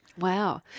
Wow